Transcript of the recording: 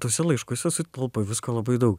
tuose laiškuose sutelpa visko labai daug